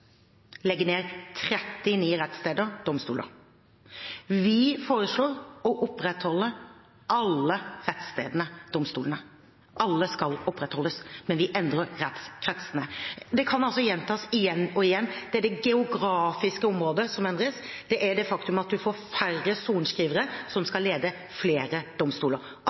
legge ned 39 rettssteder/domstoler. Vi foreslår å opprettholde alle rettsstedene/domstolene – alle skal opprettholdes, men vi endrer rettskretsene. Dette kan gjentas igjen og igjen: Det er det geografiske området som endres. Det er det faktum at man får færre sorenskrivere som skal lede flere domstoler